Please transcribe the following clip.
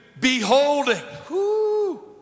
beholding